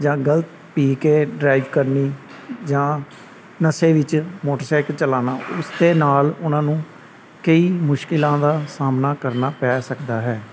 ਜਾਂ ਗਲਤ ਪੀ ਕੇ ਡਰਾਈਵ ਕਰਨੀ ਜਾਂ ਨਸ਼ੇ ਵਿੱਚ ਮੋਟਰਸਾਈਕਲ ਚਲਾਉਣਾ ਉਸਦੇ ਨਾਲ ਉਹਨਾਂ ਨੂੰ ਕਈ ਮੁਸ਼ਕਲਾਂ ਦਾ ਸਾਹਮਣਾ ਕਰਨਾ ਪੈ ਸਕਦਾ ਹੈ